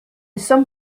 some